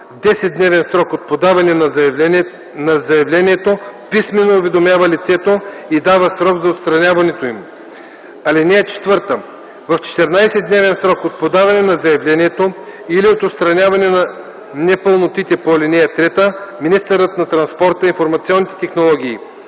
10-дневен срок от подаване на заявлението писмено уведомява лицето и дава срок за отстраняването им. (4) В 14-дневен срок от подаване на заявлението или от отстраняване на непълнотите по ал. 3 министърът на транспорта, информационните технологии